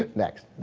like next